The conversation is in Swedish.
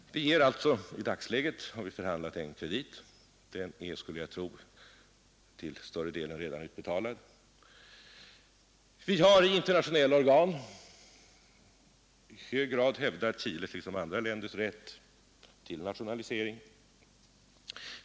Vi har alltså avtalat om krediter, och jag skulle tro att de till större delen redan är utbetalade. Vi har i internationella organ i hög grad hävdat Chiles liksom andra länders rätt att nationalisera.